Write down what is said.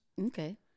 Okay